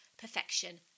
Perfection